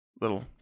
little